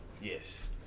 Yes